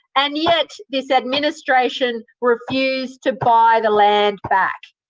and yet this administration refused to buy the land back.